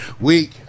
week